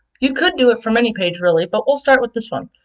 you could do it from any page really, but we'll start with this one.